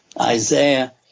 Isaiah